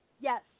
Yes